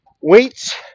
weights